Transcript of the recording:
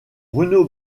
bruno